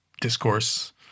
discourse